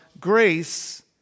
grace